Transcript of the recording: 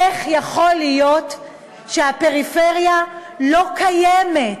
איך יכול להיות שהפריפריה לא קיימת?